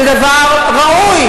זה הכול היה כתוב באותו נייר.